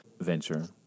venture